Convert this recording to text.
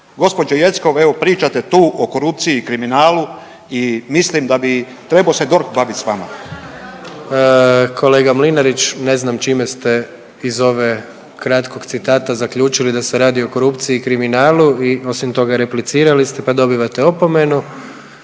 Gospođo Jeckov evo pričate tu o korupciji i kriminalu i mislim da bi trebao se DORH baviti sa vama. **Jandroković, Gordan (HDZ)** Kolega Mlinarić, ne znam čime ste iz ove kratkog citata zaključili da se radi o korupciji i kriminalu i osim toga replicirali ste, pa dobivate opomenu.